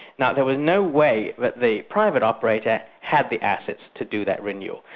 now there was no way that the private operator had the assets to do that renewal.